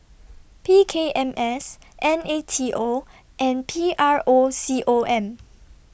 P K M S N A T O and P R O C O M